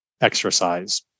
exercise